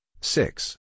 six